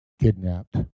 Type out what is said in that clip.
kidnapped